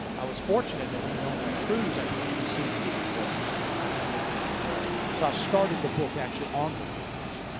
i was fortunate that when we were on that cruise, i began to see that it would work. and i could make it all work. so i started the book actually on the cruise.